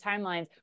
timelines